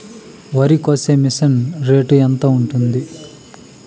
వరికోసే machine rate ఎంత ఉంటుంది?